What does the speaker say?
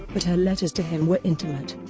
but her letters to him were intimate.